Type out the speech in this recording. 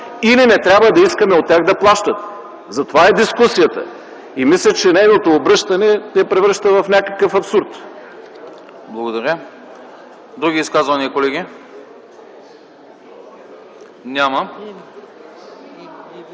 не трябва да искаме от тях да плащат – за това е дискусията. Мисля, че нейното обръщане я превръща в някакъв абсурд.